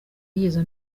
yigeze